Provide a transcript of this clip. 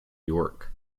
york